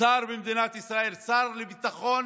שר לביטחון,